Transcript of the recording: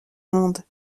monde